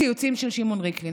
ציוצים של שמעון ריקלין.